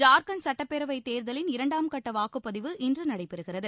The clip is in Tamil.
ஜார்க்கண்ட் சட்டப்பேரவை தோதலின் இரண்டாம்கட்ட வாக்குப்பதிவு இன்று நடைபெறுகிறது